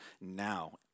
now